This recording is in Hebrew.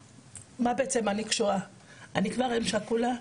מה בעצם אני קשורה, אני כבר אם שכולה,